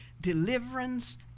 deliverance